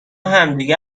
همدیگه